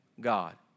God